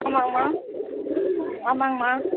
ஆமாங்கம்மா ஆமாங்கம்மா